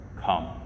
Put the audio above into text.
come